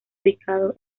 ubicado